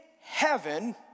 heaven